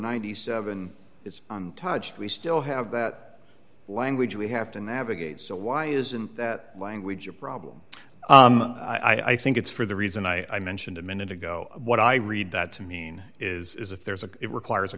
ety seven it's untouched we still have that language we have to navigate so why isn't that language a problem i think it's for the reason i mentioned a minute ago what i read that to mean is if there's a it requires a